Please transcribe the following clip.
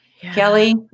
Kelly